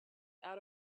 out